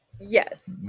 Yes